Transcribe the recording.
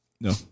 No